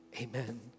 Amen